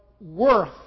worth